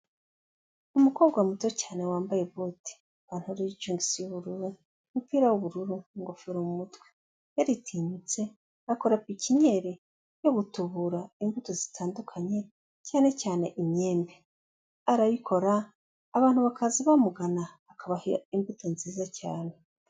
Umukobwa muto cyane wambaye bote, ipantaro y'ijeans y'ubururu, umupira w'ubururu, ingofero mu mutwe yaritinyutse akora pipinyere yo gutubura imbuto zitandukanye cyanecyane imyembe arayikora abantu bakaze bamugana akabaha imbuto nziza cyane.